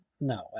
no